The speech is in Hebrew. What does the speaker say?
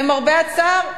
למרבה הצער,